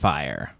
Fire